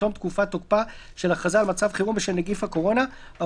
עד מלוא?